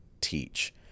teach